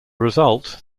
result